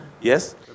Yes